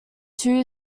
two